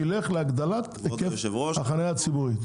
ילך להגדלת היקף החנייה הציבורית.